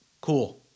cool